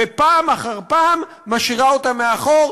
ופעם אחר פעם משאירה אותם מאחור,